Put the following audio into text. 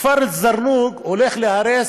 הכפר אל-זרנוג הולך להיהרס,